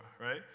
Right